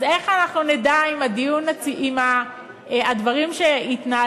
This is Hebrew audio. אז איך אנחנו נדע אם הדברים שהתנהלו